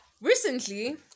Recently